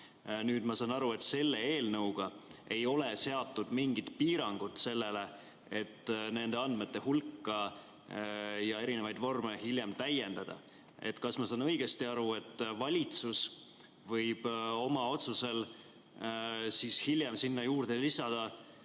Nüüd ma saan aru, et selle eelnõuga ei ole seatud mingit piirangut sellele, et nende andmete hulka ja erinevaid vorme hiljem täiendada. Kas ma saan õigesti aru, et valitsus võib oma otsusel hiljem sinna juurde lisada